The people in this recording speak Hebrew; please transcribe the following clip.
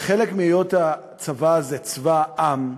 וכחלק מהיות הצבא הזה צבא העם,